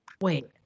wait